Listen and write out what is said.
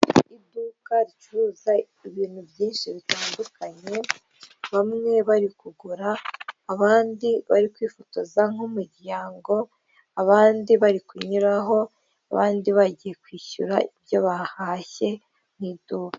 Iduka ricuruza ibintu byinshi bitandukanye bamwe bari kugura abandi bari kwifotoza nk'umuryango, abandi bari kunyuraho, abandi bagiye kwishyura ibyo bahashye mu iduka.